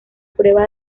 prueba